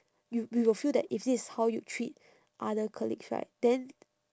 you you will feel that if this is how you treat other colleagues right then